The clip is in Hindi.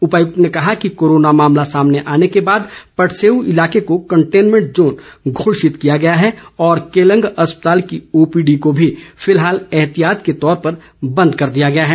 उपायुक्त ने कहा कि कोरोना मामला सामने आने के बाद पटसेऊ इलाके को कंटेनमेंट जोन घोषित किया गया है और केलंग अस्पताल की ओपीडी को भी फिलहाल एहतियात के तौर पर बंद कर दिया गया है